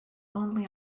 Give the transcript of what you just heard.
only